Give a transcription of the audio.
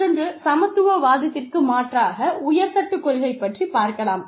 மற்றொன்று சமத்துவ வாதத்திற்கு மாற்றாக உயர்தட்டு கொள்கை பற்றி பார்க்கலாம்